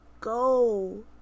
go